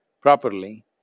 properly